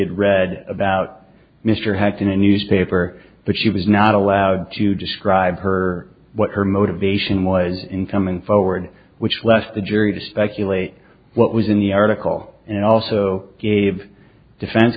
had read about mr hecht in a newspaper but she was not allowed to describe her what her motivation was in coming forward which left the jury to speculate what was in the article and also gave defense